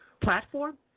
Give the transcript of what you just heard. platform